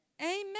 Amen